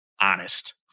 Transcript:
honest